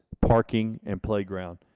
parking, and playground.